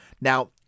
Now